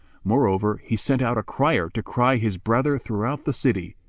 moreover, he sent out a crier to cry his brother throughout the city,